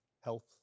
Health